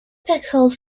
pixies